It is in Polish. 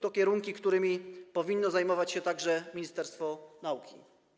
To kierunki, którymi powinno zajmować się także ministerstwo nauki.